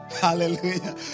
hallelujah